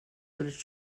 college